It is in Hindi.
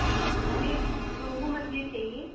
हाँ हमें रोहू मछली चाहिए